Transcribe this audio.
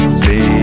see